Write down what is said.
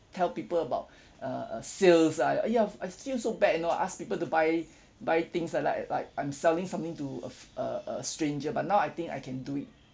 tell people about uh uh sales ah ya I feel so bad you know I ask people to buy buy things ah like like I'm selling something to a f~ uh a stranger but now I think I can do it